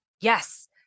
Yes